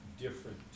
different